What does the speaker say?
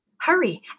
Hurry